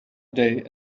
day